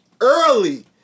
early